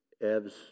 Ev's